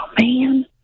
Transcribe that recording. man